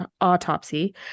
autopsy